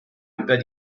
über